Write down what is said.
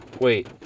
wait